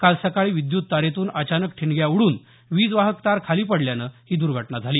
काल सकाळी विद्युत तारेतून अचानक ठिणग्या उडून वीजवाहक तार खाली पडल्यानं ही दुर्घटना झाली